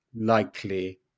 likely